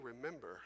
remember